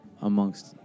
amongst